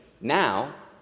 now